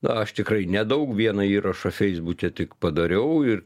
na aš tikrai nedaug vieną įrašą feisbuke tik padariau ir